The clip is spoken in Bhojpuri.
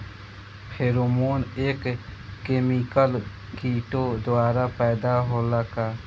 फेरोमोन एक केमिकल किटो द्वारा पैदा होला का?